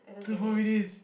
two more minutes